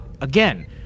again